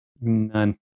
none